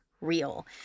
real